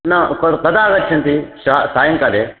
न प कदा आगच्छन्ति श्वः सायङ्काले